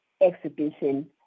exhibition